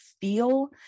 feel